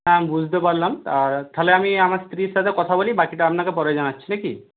হ্যাঁ বুঝতে পারলাম তাহলে আমি আমার স্ত্রীর সাথে কথা বলি বাকিটা আপনাকে পরে জানাচ্ছি না কি